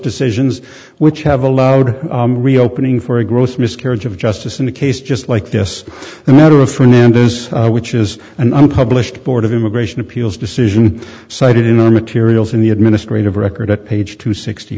decisions which have allowed reopening for a gross miscarriage of justice in a case just like this the matter of fernando's which is an unpublished board of immigration appeals decision cited in our materials in the administrative record at page two sixty